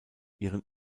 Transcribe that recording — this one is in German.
ihren